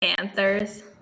Panthers